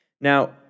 Now